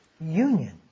Union